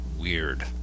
Weird